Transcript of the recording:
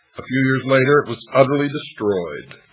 a few years later it was utterly destroyed.